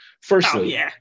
Firstly